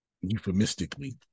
euphemistically